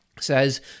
says